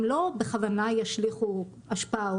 הם לא בכוונה ישליכו אשפה.